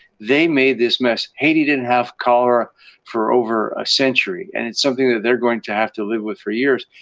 they made this mess. haiti didn't have cholera for over a century, and it's something that they're going to have to live with for years.